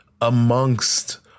amongst